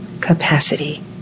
capacity